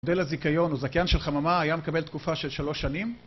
מודל הזיכיון הוא זכיין של חממה, היה מקבל תקופה של שלוש שנים